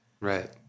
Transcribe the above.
Right